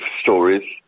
stories